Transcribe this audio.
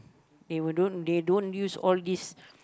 they will don't they don't use all these